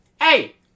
Hey